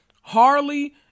Harley